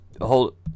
Hold